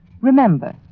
Remember